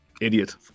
Idiot